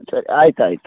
ಸರಿ ಆಯ್ತು ಆಯಿತು